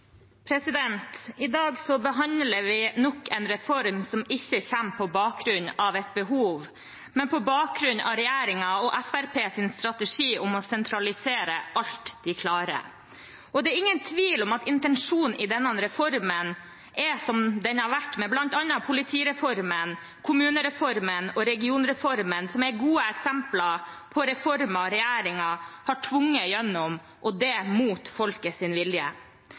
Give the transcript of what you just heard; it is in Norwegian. I dag behandler vi nok en reform som ikke kommer på bakgrunn av et behov, men på bakgrunn av regjeringen og Fremskrittspartiets strategi om å sentralisere alt de klarer. Det er ingen tvil om at intensjonen med denne reformen er som den har vært med bl.a. politireformen, kommunereformen og regionreformen, som er gode eksempler på reformer regjeringen har tvunget igjennom, og det mot folkets vilje.